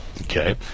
Okay